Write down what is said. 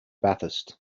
bathurst